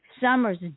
Summer's